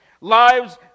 Lives